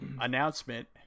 announcement